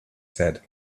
said